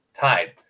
Tied